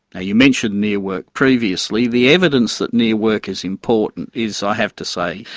ah you mentioned near work previously. the evidence that near work is important is, i have to say,